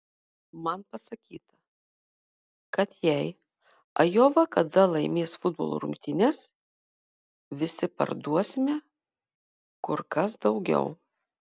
man pasakyta kad jei ajova kada laimės futbolo rungtynes visi parduosime kur kas daugiau